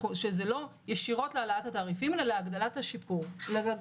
שזה לא ישירות להעלאת התעריפים אלא להגדלת השירות.